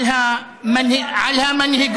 רד, יא עלוב,